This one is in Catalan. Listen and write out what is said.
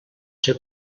ser